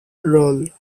role